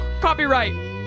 Copyright